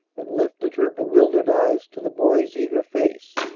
and lifted her bewildered eyes to the boy's eager face.